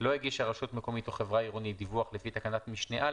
לא הגישה רשות מקומית או חברה עירונית דיווח לפי תקנת משנה (א),